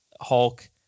Hulk